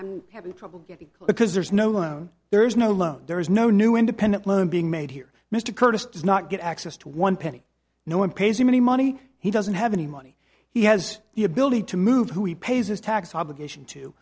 i'm having trouble getting because there's no loan there is no loan there is no new independent loan being made here mr curtis does not get access to one penny no one pays him any money he doesn't have any money he has the ability to move who he pays his tax obligation to